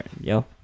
yo